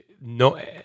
no